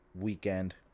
weekend